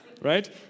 Right